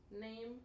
name